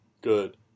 good